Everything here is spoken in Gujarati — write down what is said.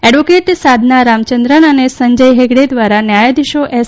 એડવોકેટ સાધના રામચંદ્રન અને સંજય હેગડે દ્વારા ન્યાયાધીશો એસ